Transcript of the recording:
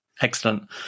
Excellent